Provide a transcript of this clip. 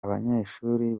abanyeshuri